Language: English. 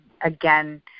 again